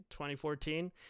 2014